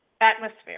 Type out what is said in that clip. atmosphere